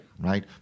Right